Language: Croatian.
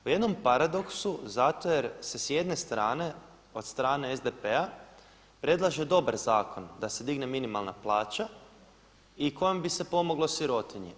U jednom paradoksu zato jer se s jedne strane od strane SDP-a predlaže dobre zakone, da se digne minimalna plaća i kojom bi se pomoglo sirotinji.